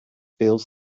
feels